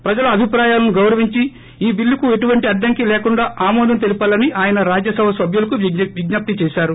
ప్రజల అభిప్రాయాలను గౌరవించ్ ఈ చిల్లుకు ఎటువంటి అడ్డంకి లేకుండా ఆమోదం తెలపాలని ఆయన రాజ్యసభ సభ్యులకు విజ్ఞప్తి చేశారు